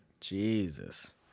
Jesus